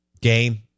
game